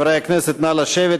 חברי הכנסת, נא לשבת.